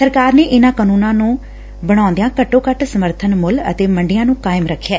ਸਰਕਾਰ ਨੇ ਇਨਾਂ ਕਾਨੂੰਨਾਂ ਨੂੰ ਬਣਾਉਂਦਿਆਂ ਘੱਟੋ ਘੱਟ ਸਮਰਥਨ ਮੁੱਲ ਅਤੇ ਮੰਡੀਆਂ ਨੂੰ ਕਾਇਮ ਰੱਖਿਐ